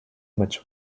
much